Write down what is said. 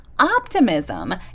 optimism